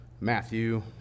Matthew